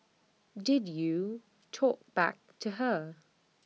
did you talk back to her